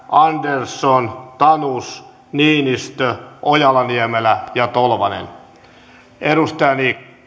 andersson tanus niinistö ojala niemelä ja tolvanen